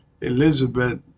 Elizabeth